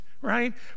right